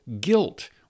guilt